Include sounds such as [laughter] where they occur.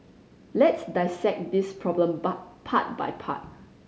let's dissect this problem [unintelligible] part by part